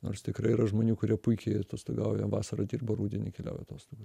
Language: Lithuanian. nors tikrai yra žmonių kurie puikiai atostogauja vasarą dirba rudenį keliauja atostogų